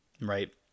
right